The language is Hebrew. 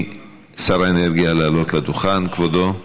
משר האנרגיה לעלות לדוכן, כבודו.